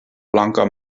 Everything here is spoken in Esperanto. blanka